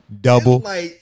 Double